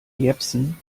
jepsen